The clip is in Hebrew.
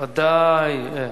ודאי.